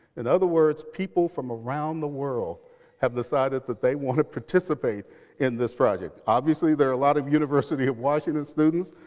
in other words, people from around the world have decided that they want to participate in this project. obviously there lot of university of washington students.